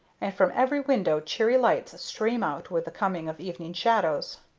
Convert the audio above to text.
and from every window cheery lights stream out with the coming of evening shadows.